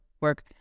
work